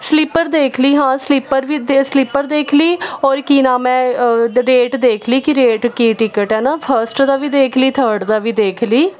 sleeper ਦੇਖ ਲਈਂ ਹਾਂ ਸਲੀਪਰ ਵੀ ਹੁੰਦੇ ਆ ਸਲੀਪਰ ਦੇਖ ਲਈਂ ਔਰ ਕੀ ਨਾਮ ਹੈ ਦ ਡੇਟ ਦੇਖ ਲਈਂ ਕਿ ਰੇਟ ਕੀ ਟਿਕਟ ਹੈ ਨਾ ਫਸਟ ਦਾ ਵੀ ਦੇਖ ਲਈਂ ਥਰਡ ਦਾ ਵੀ ਦੇਖ ਲਈਂ